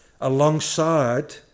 alongside